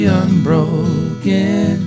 unbroken